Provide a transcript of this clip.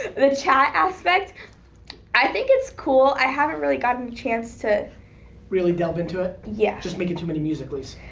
the chat aspect i think it's cool i haven't really gotten a chance to really delve into ah yeah. just making too many musical ly's.